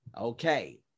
Okay